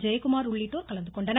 ஜெயக்குமார் உள்ளிட்டோர் கலந்துகொண்டனர்